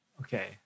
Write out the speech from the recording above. Okay